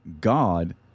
God